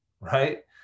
Right